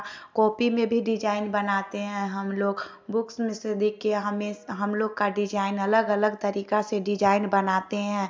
copy में भी design बनाते हैं हम लोग बुक्स में से देख कर हमें हम लोग का डिजाईन अलग अलग तरीका से डिजाईन बनाते हैं